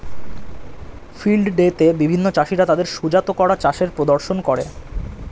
field day তে বিভিন্ন চাষীরা তাদের সুজাত করা চাষের প্রদর্শন করে